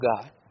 God